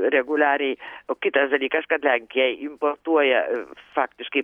reguliariai o kitas dalykas kad lenkija importuoja faktiškai